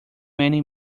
many